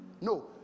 no